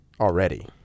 Already